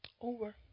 Over